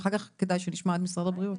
ואחר כך כדאי שנשמע את משרד הבריאות.